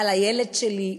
על הילד שלי,